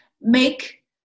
make